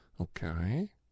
Okay